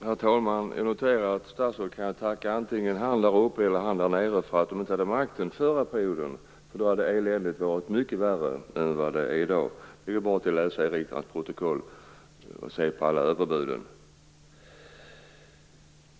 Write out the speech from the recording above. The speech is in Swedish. Herr talman! Jag noterar att statsrådet kan tacka antingen honom där uppe eller honom där nere för att Socialdemokraterna inte hade makten förra mandatperioden, för då hade eländet varit mycket värre än vad det är i dag. Det är bara att läsa i riksdagens protokoll och se på alla överbuden.